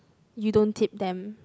you don't tip them